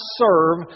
serve